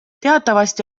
teatavasti